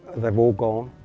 they've all gone.